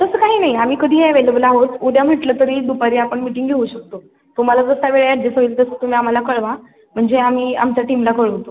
तसं काही नाही आम्ही कधीही अवेलेबल आहोत उद्या म्हटलं तरी दुपारी आपण मीटिंग घेऊ शकतो तुम्हाला जसा वेळ ॲडजेस होईल तसं तुम्ही आम्हाला कळवा म्हणजे आम्ही आमच्या टीमला कळवतो